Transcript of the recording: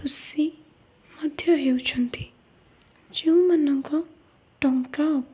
ଖୁସି ମଧ୍ୟ ହେଉଛନ୍ତି ଯେଉଁମାନଙ୍କ ଟଙ୍କା ଅଭାବ